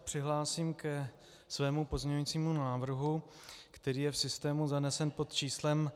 Přihlásím se ke svému pozměňujícímu návrhu, který je v systému zanesen pod číslem 5353.